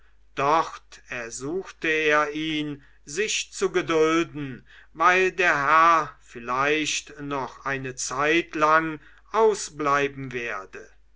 dort ersuchte er ihn sich zu gedulden weil der herr vielleicht noch eine zeitlang ausbleiben werde